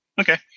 Okay